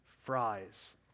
fries